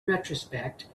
retrospect